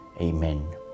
Amen